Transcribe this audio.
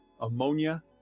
ammonia